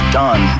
done